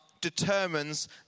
determines